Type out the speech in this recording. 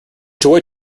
joy